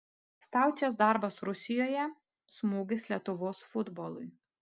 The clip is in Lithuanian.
staučės darbas rusijoje smūgis lietuvos futbolui